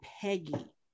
Peggy